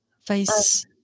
Face